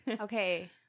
Okay